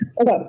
Okay